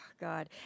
God